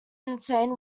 insane